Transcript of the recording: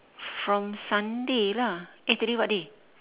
from sunday lah eh today what day